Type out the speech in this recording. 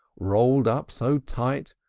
rolled up so tight,